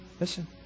Listen